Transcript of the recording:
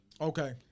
Okay